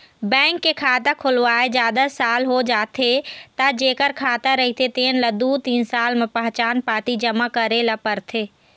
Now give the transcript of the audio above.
bank के खाता खोलवाए जादा साल हो जाथे त जेखर खाता रहिथे तेन ल दू तीन साल म पहचान पाती जमा करे ल परथे